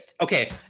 okay